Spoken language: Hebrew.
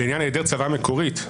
לעניין היעדר צוואה מקורית,